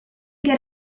get